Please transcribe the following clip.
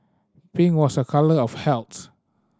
pink was a colour of health